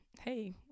hey